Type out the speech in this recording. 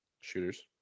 shooters